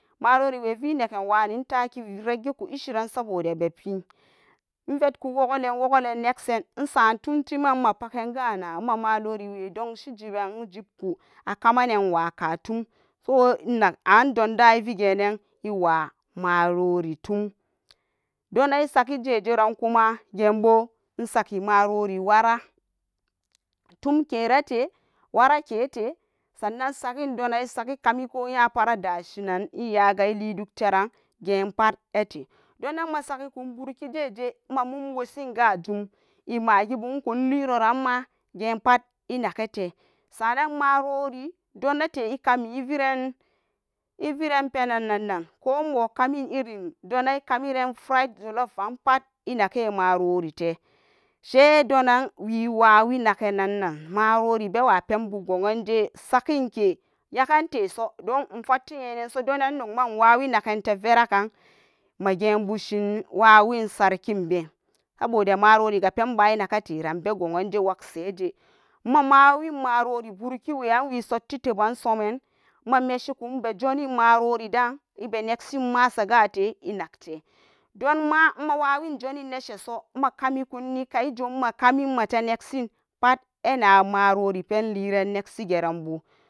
Maroriwe vi neken wani intaki reggiku ishiran saboda ba pen, invenku wogben woglen negsen isa tumtiman imapa kan kana ima maloriwe donshi giban injibku akamananwa ka tum, so inag donda ibi genan iwa marari tum, donan isaki jeje vankuma ayebo isaki marori wara tumke rate wara kete sannan sagin donan isagi kami ko nyapa radashinan iyaga iliduk teran gyepat ete, donan masagi kun burki jeje ma muni woshin gajum imagi bu ranma ikun hiroranma ina gete sa'anan marori donate ikami iviran iviran penannan nan ko iwo kamin irin donan ikamiren fry jollof inake marorite she donan wiwawi nakenanan marori bewa pebá gowonje sakinke yakenteso, don infutte yenanso donan nogma iwawi veragkan magebushin, wawin sarkin ben saboda maroriga pen ba inagaran begowanje wagse eje mamawen marori burkiwe an wi sotti teban somen mameshinkun inbejonin maroride ibe negsin masa gate inagte, donma mawawin joninsheso nakamin kun ni kai jom makamin mate negsin pat ina marori penliran negsi geranbu